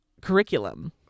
curriculum